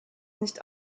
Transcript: nicht